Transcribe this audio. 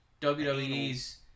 wwe's